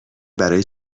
برای